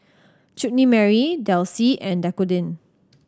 Chutney Mary Delsey and Dequadin